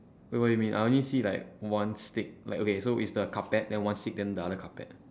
wait what you mean I only see like one stick like okay so is the carpet then one stick then the other carpet